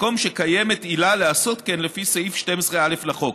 מקום שקיימת עילה לעשות כן לפי סעיף 12(א) לחוק.